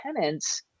tenants